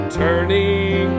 turning